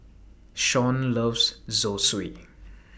Shaun loves Zosui